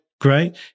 Great